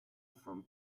from